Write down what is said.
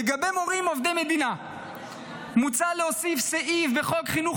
לגבי מורים עובדי מדינה מוצע להוסיף סעיף בחוק חינוך